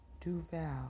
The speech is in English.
Duval